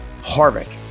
Harvick